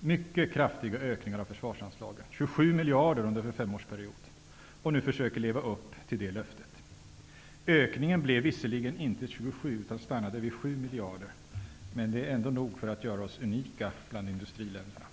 mycket kraftiga ökningar av försvarsanslagen -- 27 miljarder under en femårsperiod -- och nu försöker man att leva upp till det löftet. Ökningen blev visserligen inte 27 miljarder, utan den stannade vid 7 miljarder, men det är ändå nog för att göra oss unika bland industriländerna.